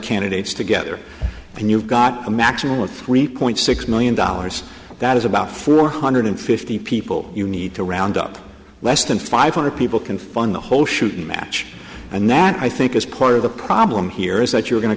candidates together and you've got a maximum of three point six million dollars that is about four hundred fifty people you need to round up less than five hundred people can fund the whole shooting match and that i think is part of the problem here is that you're going to